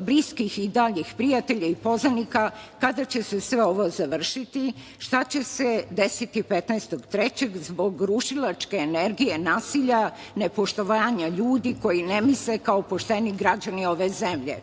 bliskih i daljih prijatelja i poznanika kada će se sve ovo završiti, šta će se desiti 15. marta zbog rušilačke energije nasilja, nepoštovanja ljudi koji ne misle kao pošteni građani ove zemlje?